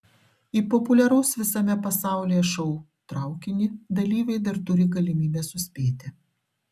į populiaraus visame pasaulyje šou traukinį dalyviai dar turi galimybę suspėti